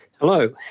Hello